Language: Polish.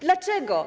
Dlaczego?